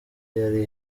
yari